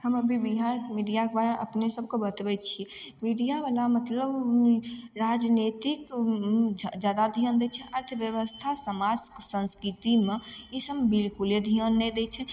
हम अभी बिहारके मीडियाके बारेमे अपने सबके बतबय छी मीडियावला मतलब राजनैतिक जादा ध्यान दै छै अर्थव्यवस्था समाज आओर संस्कृतिमे ईसब बिल्कुले ध्यान नहि दै छै